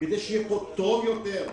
כדי שיהיה כאן טוב יותר.